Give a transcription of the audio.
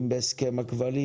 אם בהסכם עם הכבלים,